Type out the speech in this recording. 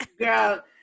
Girl